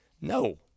No